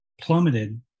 plummeted